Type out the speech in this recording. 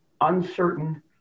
uncertain